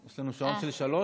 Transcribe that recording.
יש לנו שעון של שלוש,